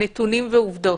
נתונים ועובדות,